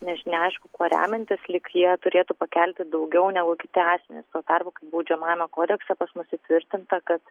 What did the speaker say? nes neaišku kuo remiantis lyg jie turėtų pakelti daugiau negu kiti asmenys tuo tarpu kai baudžiamajame kodekse pas mus įtvirtinta kad